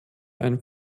ein